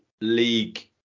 League